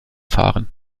fahren